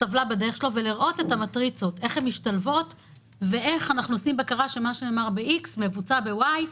עובדים בשיתוף פעולה מלא עם משרדי הממשלה.